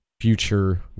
future